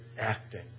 acting